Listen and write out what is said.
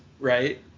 Right